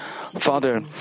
Father